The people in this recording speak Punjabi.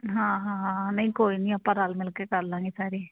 ਹਾਂ ਹਾਂ ਹਾਂ ਨਹੀਂ ਕੋਈ ਨਹੀਂ ਆਪਾਂ ਰਲ ਮਿਲ ਕੇ ਕਰ ਲਵਾਂਗੇ ਸਾਰੇ